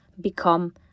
become